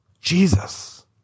Jesus